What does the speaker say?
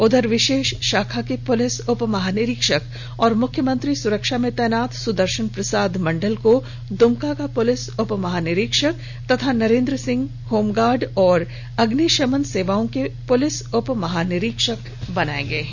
उधर विशेष शाखा के पुलिस उप महानिरीक्षक और मुख्यमंत्री सुरक्षा में तैनात सुदर्शन प्रसाद मंडल को द्मका का पुलिस उपमहानिरीक्षक तथा नरेंद्र सिंह होमगार्ड और अग्निशमन सेवाओं के पुलिस उप महानिरीक्षक बनाए गए हैं